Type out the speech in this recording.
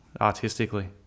artistically